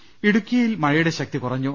് ഇടുക്കിയിൽ മഴയുടെ ശക്തി കുറഞ്ഞു